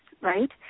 right